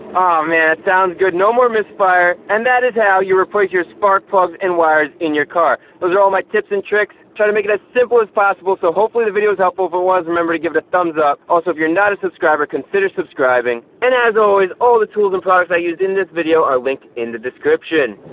man, that sounds good. no more misfire. and that is how you replace your spark plugs and wires in your car those are all my tips and tricks try to make it as simple as possible so hopefully the video is helpful if it was remember to give it a thumbs up also if you're not a subscriber consider subscribing and as always all the tools and products i used in this video are linked in the description